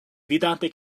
vidante